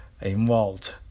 involved